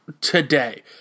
today